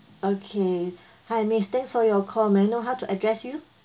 okay hi miss thanks for your call may I know how to address you